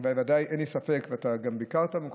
אתה גם ביקרת במקומות,